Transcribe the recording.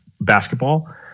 basketball